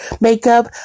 makeup